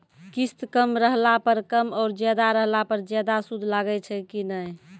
किस्त कम रहला पर कम और ज्यादा रहला पर ज्यादा सूद लागै छै कि नैय?